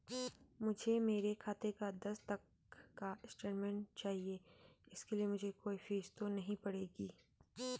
मुझे मेरे खाते का दस तक का स्टेटमेंट चाहिए इसके लिए मुझे कोई फीस तो नहीं पड़ेगी?